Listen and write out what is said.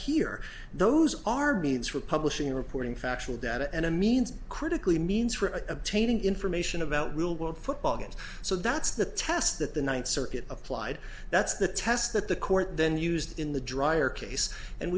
here those are means for publishing reporting factual data and a means critically means for obtaining information about real world football games so that's the test that the ninth circuit applied that's the test that the court then used in the dryer case and